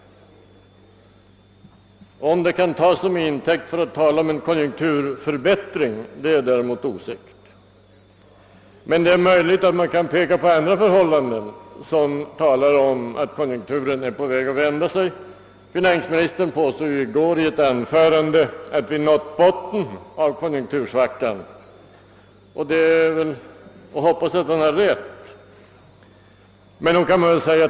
Om minskningen kan tas som intäkt för att tala om en konjunkturförbättring är däremot osäkert, men det är möjligt att man kan peka på andra förhållanden som talar för att konjunkturen är på väg uppåt. Finansministern påstod i ett anförande i går att vi nått botten av konjunktursvackan, och det är att hoppas att han har rätt.